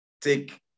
take